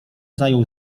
zajął